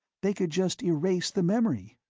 they could just erase the memory.